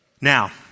Now